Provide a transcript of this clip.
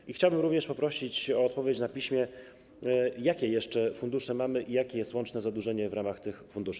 I chciałbym również poprosić o odpowiedź na piśmie, jakie jeszcze fundusze mamy i jakie jest łączne zadłużenie w ramach tych funduszy.